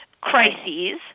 crises